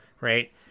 Right